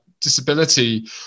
disability